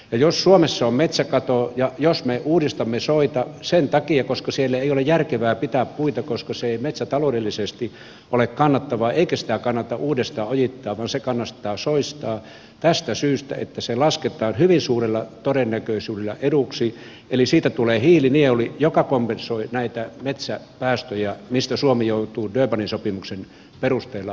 jos suomessa on metsäkato ja jos me uudistamme soita sen takia että siellä ei ole järkevää pitää puita koska se ei metsätaloudellisesti ole kannattavaa eikä niitä kannata uudestaan ojittaa vaan ne kannattaa soistaa tästä syystä että se lasketaan hyvin suurella todennäköisyydellä eduksi niin niistä tulee hiilinieluja jotka kompensoivat näitä metsäpäästöjä joista suomi joutuu durbanin sopimuksen perusteella maksamaan